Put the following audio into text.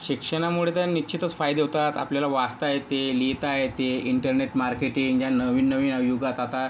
शिक्षणामुळे तर निश्चितच फायदे होतात आपल्याला वाचता येते लिहिता येते इंटरनेट मार्केटिंग या नवीन नवीन युगात आता